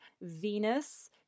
Venus